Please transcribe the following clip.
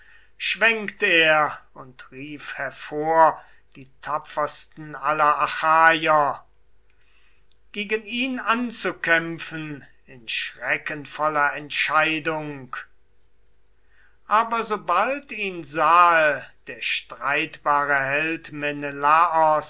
schwenkt er und rief hervor die tapfersten aller achaier aber sobald ihn sahe der streitbare held